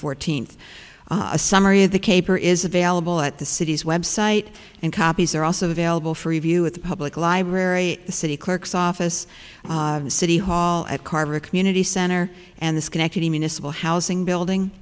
fourteenth a summary of the caper is available at the city's website and copies are also available for review at the public library the city clerk's office of the city hall at carver community center and the schenectady municipal housing